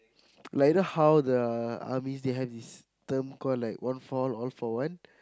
like you know how the armies they have this term called like one for all all for one